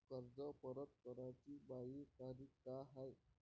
कर्ज परत कराची मायी तारीख का हाय?